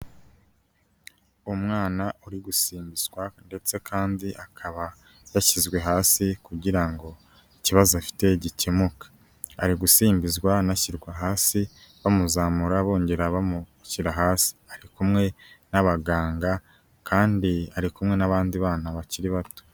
Umwana uri gusimbizwa ndetse kandi akaba yashyizwe hasi, kugira ngo ikibazo afite gikemuke, ari gusimbizwa anashyirwa hasi, bamuzamura bongera bamushyira hasi, ari kumwe n'abaganga, kandi ari kumwe n'abandi bana bakiri bato.